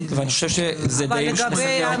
ואני חושב שזה די מסכם.